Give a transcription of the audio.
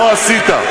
לא עשית.